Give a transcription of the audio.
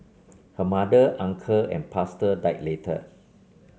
her mother uncle and pastor died later